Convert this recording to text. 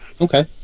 Okay